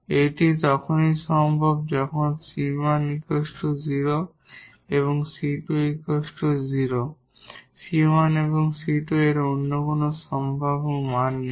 এটি তখনই সম্ভব যখন 𝑐1 0 এবং 𝑐2 0 𝑐1 এবং 𝑐2 এর অন্য কোন সম্ভাব্য মান নেই